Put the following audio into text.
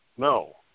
No